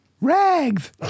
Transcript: Rags